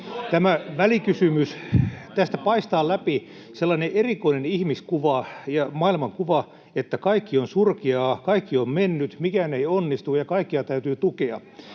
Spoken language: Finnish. Tästä välikysymyksestä paistaa läpi sellainen erikoinen ihmiskuva ja maailmankuva, että kaikki on surkeaa, kaikki on mennyt, mikään ei onnistu ja kaikkea täytyy tukea,